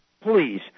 Please